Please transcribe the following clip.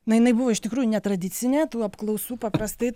na jinai buvo iš tikrųjų netradicinė tų apklausų paprastai